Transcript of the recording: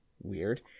weird